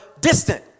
distant